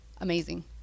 amazing